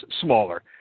smaller